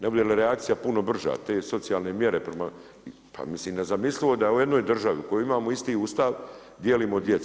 Ne bude li reakcija puno brža, te socijalne mjere, pa mislim nezamislivo je da u jednoj državi u kojoj imamo isti Ustav, dijelimo djecu.